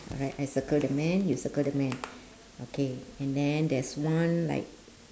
alright I circle the man you circle the man okay and then there's one like